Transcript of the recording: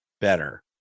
better